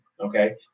okay